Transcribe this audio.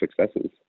successes